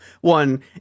one